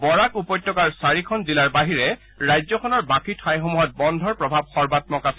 বৰাক উপত্যকাৰ চাৰিখন জিলাৰ বাহিৰে ৰাজ্যখনৰ বাকী ঠাইসমূহত বন্ধৰ প্ৰভাৱ সৰ্বাম্মক আছিল